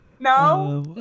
No